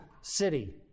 city